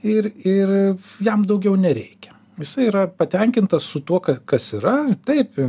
ir ir jam daugiau nereikia jisai yra patenkintas su tuo kad kas yra taip